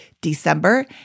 December